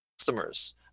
customers